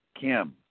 Kim